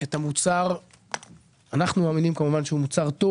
את המוצר - אנחנו חושבים שהוא מוצר טוב